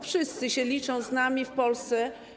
Wszyscy się liczą z nami w Polsce.